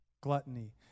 gluttony